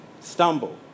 stumble